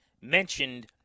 mentioned